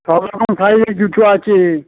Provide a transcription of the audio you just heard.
সব রকম সাইজের জুতো আছে